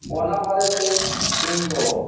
ᱛᱚ ᱚᱱᱟ ᱵᱟᱨᱮᱛᱮ ᱤᱧ ᱫᱚ